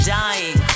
dying